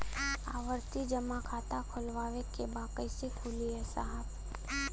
आवर्ती जमा खाता खोलवावे के बा कईसे खुली ए साहब?